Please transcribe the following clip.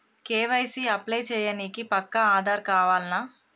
KYC apply చేయనీకి పక్కా ఆధార్ కావాల్నా?